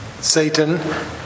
Satan